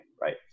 right